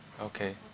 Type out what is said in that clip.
okay